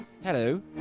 Hello